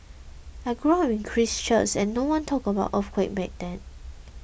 I grew up in Christchurch and nobody talked about earthquake back then